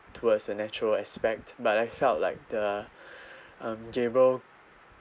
towards the natural aspect but I felt like the um gabriel